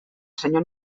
senyor